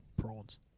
prawns